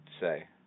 say